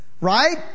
right